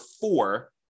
four